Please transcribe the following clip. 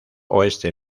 oeste